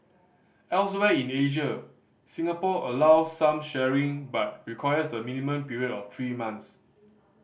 elsewhere in Asia Singapore allows some sharing but requires a minimum period of three months